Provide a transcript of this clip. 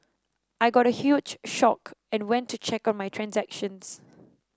I got a huge shocked and went to check on my transactions